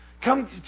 Come